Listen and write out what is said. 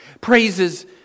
Praises